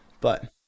But-